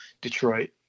detroit